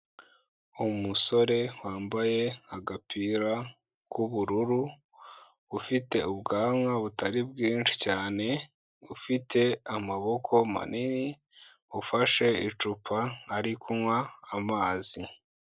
Umusore wambaye agapira k'ubururu, ufite ubwanwa butari bwinshi cyane, ufite amaboko manini, ufashe icupa ari kunywa amazi.